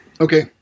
Okay